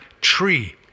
tree